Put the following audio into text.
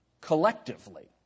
collectively